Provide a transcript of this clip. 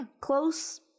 close